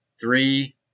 Three